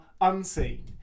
unseen